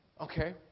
Okay